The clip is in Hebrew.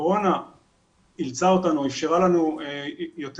הקורונה אילצה אותנו ואפשרה לנו יותר